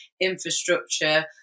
infrastructure